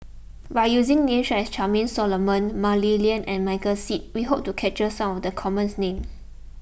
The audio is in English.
by using names such as Charmaine Solomon Mah Li Lian and Michael Seet we hope to capture some of the commons names